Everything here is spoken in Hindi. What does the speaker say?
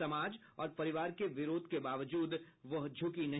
समाज और परिवार के विरोध के बावजूद वह झुकी नहीं